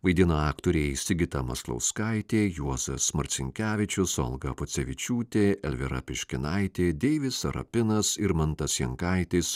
vaidina aktoriai sigita maslauskaitė juozas marcinkevičius olga pocevičiūtė elvyra piškinaitė deivis sarapinas irmantas jankaitis